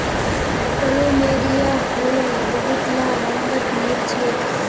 plumeria फूल बहुतला रंगत मिल छेक